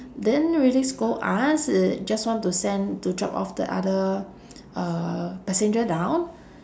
didn't really scold us i~ just want to send to drop off the other uh passenger down